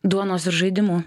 duonos ir žaidimų